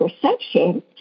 perception